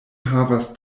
havas